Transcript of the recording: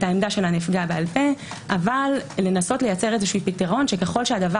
עמדת הנפגע בעל פה אבל לנסות לייצר פתרון שככל שהדבר